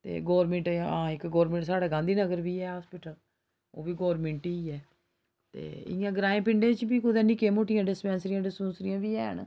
ते गौरमैंट हां गौरमैंट साढ़े गांधीनगर बी है अस्पताल उब्भी गौरमैंट ई ऐ ते इ'यां ग्राएं पिंडे च बी कुतै निक्कियां मुट्टियां डिस्पैंसरियां डुस्पैंसरियां बी हैन